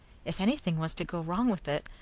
if anything was to go wrong with it,